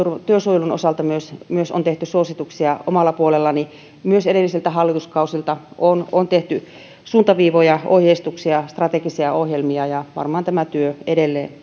työsuojelun osalta on tehty suosituksia omalla puolellani myös edellisillä hallituskausilla on on tehty suuntaviivoja ohjeistuksia ja strategisia ohjelmia ja varmaan tämä työ edelleen